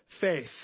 faith